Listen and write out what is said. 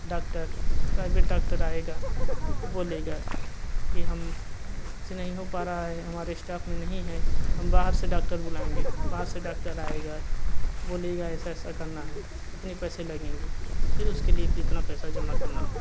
doctor private doctor आएगा बोलेगा कि हम से नहीं हो पा रहा हमारे स्टाफ में नहीं है हम बाहर से डॉक्टर बुलाएंगे बाहर से डॉक्टर आएगा बोलेगा ऐसा ऐसा करना है इतने पैसे लगेंगे फिर उसके लिए इतना पैसा जमा करना पड़ेगा होगा